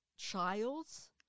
childs